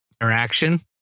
Interaction